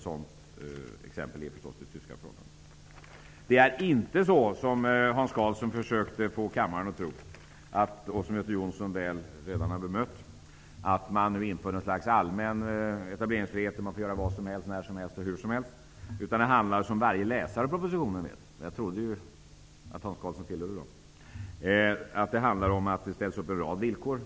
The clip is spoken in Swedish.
Ett exempel är förhållandena i Det är inte så som Hans Karlsson försökte få kammaren att tro -- och som Göte Jonsson redan har bemött -- att det införs en allmän etableringsfrihet där man får göra vad som helst, när som helst och hur som helst. Som varje läsare av propositionen vet -- jag trodde att Hans Karlsson tillhörde dem -- ställs det en rad villkor.